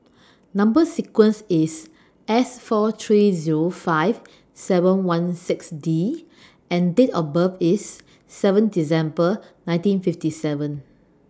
Number sequence IS S four three Zero five seven one six D and Date of birth IS seven December nineteen fifty seven